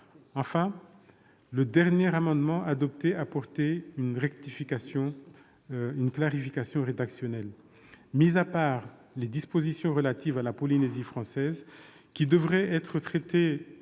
Enfin, le dernier amendement adopté tendait à apporter une clarification rédactionnelle.